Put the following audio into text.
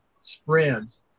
spreads